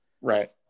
right